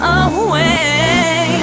away